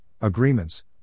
agreements